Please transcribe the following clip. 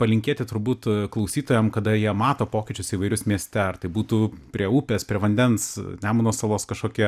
palinkėti turbūt klausytojam kada jie mato pokyčius įvairius mieste ar tai būtų prie upės prie vandens nemuno salos kažkokie